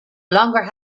longer